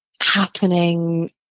happening